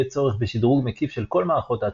יהיה צורך בשדרוג מקיף של כל מערכות ההצפנה.